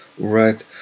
Right